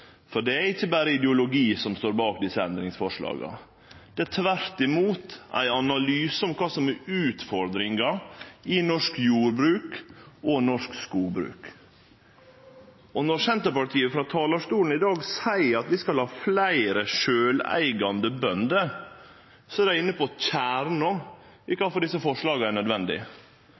for det er ikkje berre ideologi som står bak desse endringsforslaga. Det er tvert imot ein analyse av kva som er utfordringane i norsk jordbruk og skogbruk. Når Senterpartiet frå talarstolen i dag seier at vi skal ha fleire sjølveigande bønder, er dei inne på kjernen av kvifor desse forslaga er